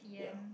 ya